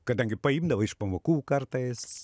kadangi paimdavo iš pamokų kartais